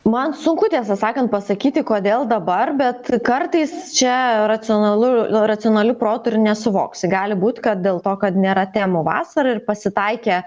man sunku tiesą sakant pasakyti kodėl dabar bet kartais čia racionalu racionaliu protu ir nesuvoksi gali būt kad dėl to kad nėra temų vasarą ir pasitaikė